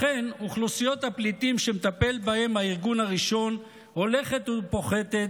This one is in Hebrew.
לכן אוכלוסיית הפליטים שמטפל בה הארגון הראשון הולכת ופוחתת,